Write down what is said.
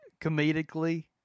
comedically